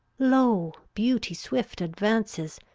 lo, beauty swift advances!